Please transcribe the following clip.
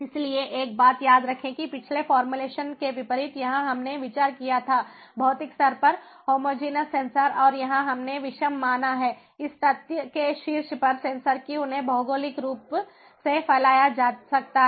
इसलिए एक बात याद रखें कि पिछले फॉर्मूलेशन के विपरीत यहां हमने विचार किया था भौतिक स्तर पर होमोजीनस सेंसर और यहां हमने विषम माना है इस तथ्य के शीर्ष पर सेंसर कि उन्हें भौगोलिक रूप से फैलाया जा सकता है